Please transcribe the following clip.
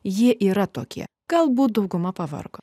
jie yra tokie galbūt dauguma pavargo